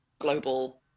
global